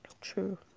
True